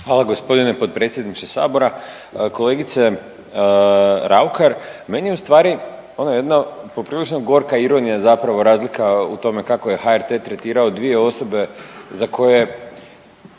Hvala gospodine potpredsjedniče sabora. Kolegice Raukar, meni je ustvari ono jedno poprilično gorka ironija zapravo razlika u tome kako je HRT tretirao dvije osobe za koje